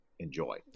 enjoy